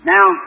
Now